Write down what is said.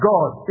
God